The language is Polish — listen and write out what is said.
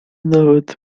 nawet